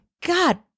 God